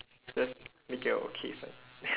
just make it a okay sign